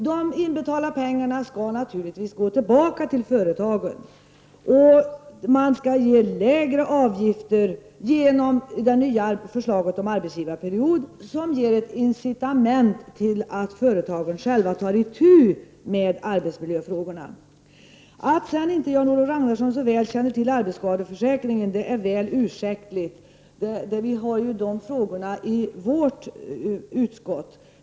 De inbetalade pengarna skall naturligtvis gå tillbaka till företagen. Man skall ha lägre avgifter genom det nya förslaget om arbetsgivarperiod som ger ett incitament till företagen att själva ta itu med arbetsmiljöfrågorna. Att Jan-Olof Ragnarsson inte så väl känner till arbetsskadeförsäkringen är mycket ursäktligt, eftersom de frågorna behandlas i socialförsäkringsut skottet.